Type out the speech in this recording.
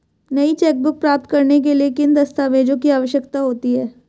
नई चेकबुक प्राप्त करने के लिए किन दस्तावेज़ों की आवश्यकता होती है?